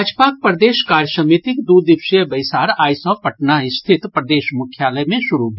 भाजपाक प्रदेश कार्यसमितिक दू दिवसीय बैसार आइ सँ पटना स्थित प्रदेश मुख्यालय मे शुरू भेल